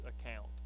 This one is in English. account